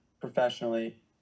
professionally